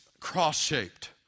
cross-shaped